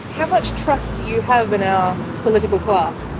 how much trust do you have in our political class?